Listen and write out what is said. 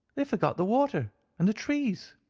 they forgot the water and the trees.